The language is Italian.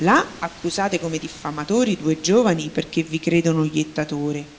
là accusate come diffamatori due giovani perché vi credono jettatore